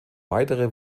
weitere